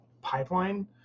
pipeline